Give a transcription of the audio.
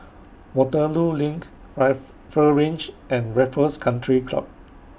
Waterloo LINK Rifle Range and Raffles Country Club